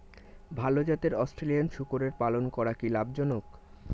ভাল জাতের অস্ট্রেলিয়ান শূকরের পালন করা কী লাভ জনক?